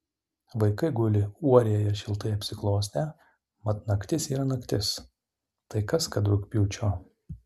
vaikai guli uorėje šiltai apsiklostę mat naktis yra naktis tai kas kad rugpjūčio